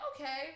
okay